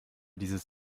dieses